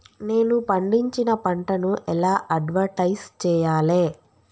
నేను పండించిన పంటను ఎలా అడ్వటైస్ చెయ్యాలే?